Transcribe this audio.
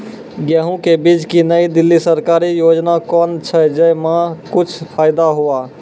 गेहूँ के बीज की नई दिल्ली सरकारी योजना कोन छ जय मां कुछ फायदा हुआ?